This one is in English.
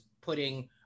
putting